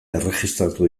erregistratu